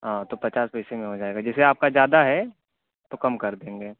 ہاں تو پچاس پیسے میں ہو جائے گا جیسے آپ کا زیادہ ہے تو کم کر دیں گے